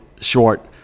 short